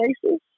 places